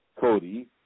Cody